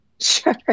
sure